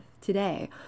today